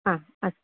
हा अस्